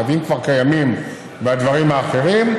הקווים כבר קיימים והדברים האחרים,